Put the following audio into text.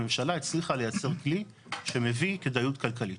הממשלה הצליחה לייצר כלי שמביא כדאיות כלכלית.